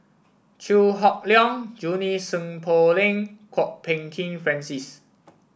Chew Hock Leong Junie Sng Poh Leng Kwok Peng Kin Francis